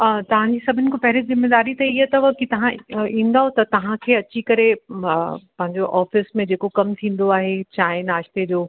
तव्हांजी सभिनि खां पहिरीं जिम्मेदारी त हीअ अथव ई तव्हां ईंदओ त तव्हांखे अची करे पंहिंजो ऑफ़िस में जेको कमु थींदो आहे चांहि नाश्ते जो